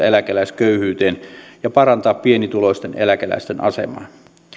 eläkeläisköyhyyteen ja parantaa pienituloisten eläkeläisten asemaa